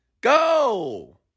Go